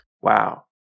Wow